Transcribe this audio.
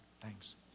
Thanks